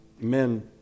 men